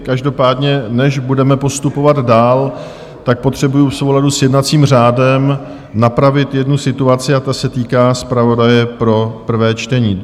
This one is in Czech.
Každopádně než budeme postupovat dále, potřebuji v souladu s jednacím řádem napravit jednu situaci a ta se týká zpravodaje pro prvé čtení.